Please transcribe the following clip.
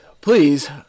please